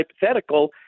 hypothetical